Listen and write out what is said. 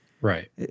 Right